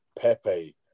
Pepe